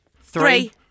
Three